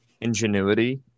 ingenuity